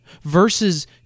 versus